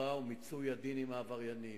החקירה ומיצוי הדין עם העבריינים.